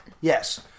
Yes